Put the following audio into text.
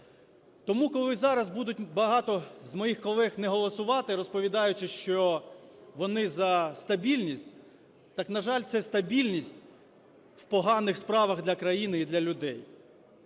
Тому, коли зараз будуть багато з моїх колег не голосувати, розповідаючи, що вони за стабільність, так, на жаль, це стабільність в поганих справах для країни і для людей.